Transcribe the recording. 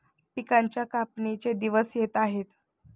पिकांच्या कापणीचे दिवस येत आहेत